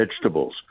vegetables